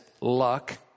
luck